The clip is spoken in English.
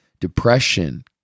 depression